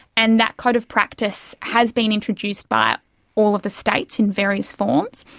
and that code of practice has been introduced by all of the states in various forms,